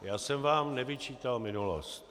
Já jsem vám nevyčítal minulost.